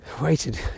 waited